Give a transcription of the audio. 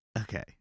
Okay